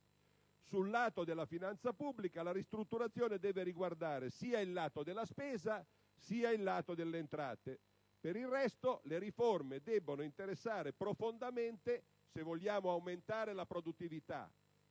Sul lato della finanza pubblica, la ristrutturazione deve riguardare sia il lato della spesa sia il lato delle entrate. Per il resto, le riforme devono interessare profondamente, se vogliamo aumentare la produttività